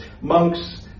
Monks